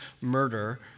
murder